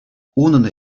унӑн